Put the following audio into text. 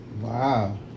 Wow